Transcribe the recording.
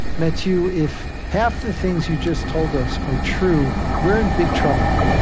matthieu, if half the things you just told us are true, we're in big trouble.